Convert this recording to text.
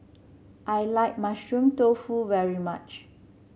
I like Mushroom Tofu very much